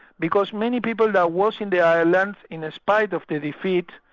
because many people they was in the islands in ah spite of the defeat,